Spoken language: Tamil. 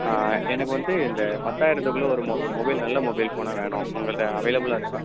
ஆ எனக்கு வந்து இந்த பத்தாயிரத்துக்குள்ளே ஒரு மொபைல் நல்ல மொபைல் ஃபோனாக வேணும் உங்கள்ட்ட அவைலபிளா இருக்கா